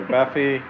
Buffy